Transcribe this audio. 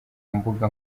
mbuga